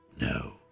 No